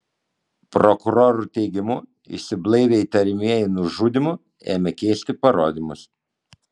prokurorų teigimu išsiblaivę įtariamieji nužudymu ėmė keisti parodymus